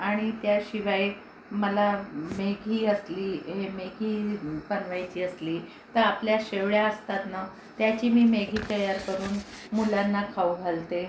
आणि त्याशिवाय मला मेगी असली हे मेगी बनवायची असली तर आपल्या शेवया असतात नं त्याची मी मेगी तयार करून मुलांना खाऊ घालते